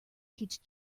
teach